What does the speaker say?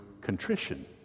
contrition